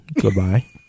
Goodbye